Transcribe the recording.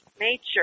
nature